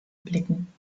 blicken